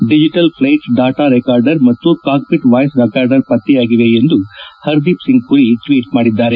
digital flight data recorder ಮತ್ತು cockpit voice recorder ಪತ್ತೆಯಾಗಿದೆ ಎಂದು ಪರ್ದೀಪ್ ಸಿಂಗ್ಪುರಿ ಟ್ನೀಟ್ ಮಾಡಿದ್ದಾರೆ